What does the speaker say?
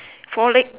four leg